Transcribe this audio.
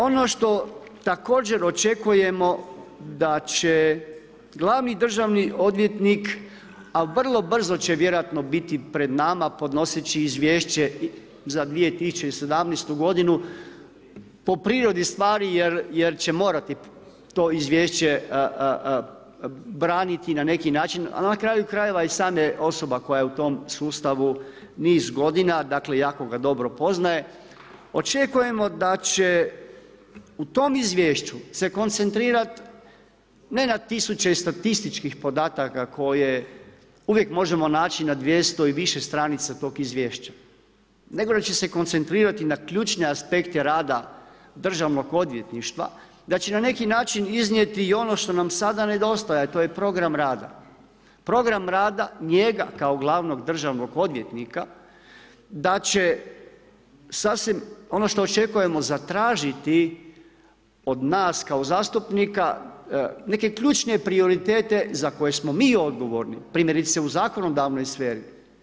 Ono što također očekujemo da će glavni državni odvjetnik, a vrlo brzo će vjerojatno biti pred nama podnoseći izvješće za 2017. godinu, po prirodi stvari jer će morati to izvješće braniti na neki način, a na kraju krajeva i sam je osoba koja je u tom sustavu niz godina, dakle jako ga dobro poznaje, očekujemo da će u tom izvješću se koncentrirat, ne na tisuće statističkih podataka koje uvijek možemo naći na 200 i više stranica tog izvješća, nego da će se koncentrirati na ključne aspekte rada državnog odvjetništva, da će na neki način iznijeti i ono što nam sada nedostaje, a to je program rada, programa rada njega kao glavnog državnog odvjetnika, da će sasvim, ono što očekujemo zatražiti od nas kao zastupnika neke ključne prioritete za koje smo mi odgovorno, primjerice u zakonodavnoj sferi.